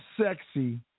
sexy